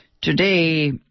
today